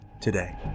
today